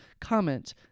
Comment